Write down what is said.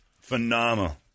Phenomenal